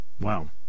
Wow